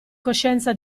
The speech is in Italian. coscienza